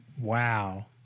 Wow